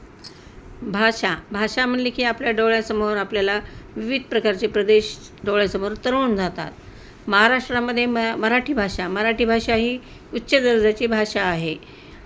भाषा भाषा म्हणली की आपल्या डोळ्यासमोर आपल्याला विविध प्रकारचे प्रदेश डोळ्यासमोर तरळून जातात महाराष्ट्रामध्ये म मराठी भाषा मराठी भाषा ही उच्च दर्जाची भाषा आहे